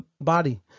body